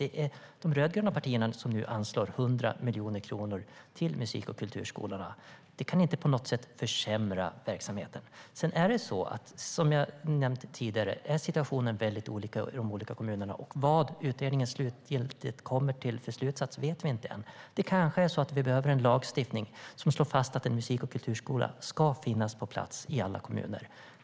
Det är de rödgröna partierna som nu anslår 100 miljoner kronor till musik och kulturskolorna. Det kan inte på något sätt försämra verksamheten. Sedan är situationen, som jag nämnt tidigare, väldigt olika i de olika kommunerna. Och vad utredningen slutgiltigt kommer till för slutsats vet vi inte än. Det kanske är så att vi behöver en lagstiftning som slår fast att en musik och kulturskola ska finnas på plats i alla kommuner.